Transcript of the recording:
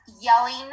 yelling